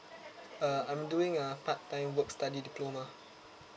uh I'm doing a part-time works study diploma